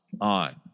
on